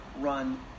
run